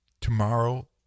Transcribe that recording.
tomorrow